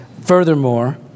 Furthermore